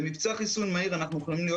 במבצע חיסון מהיר אנחנו יכולים להיות